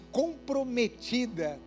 comprometida